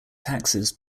taxes